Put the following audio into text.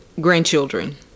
grandchildren